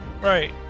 right